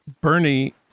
Bernie